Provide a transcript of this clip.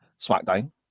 SmackDown